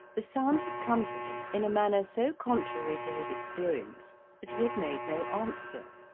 the sounds had come to him in a manner so contrary to his experience that he had made no answer,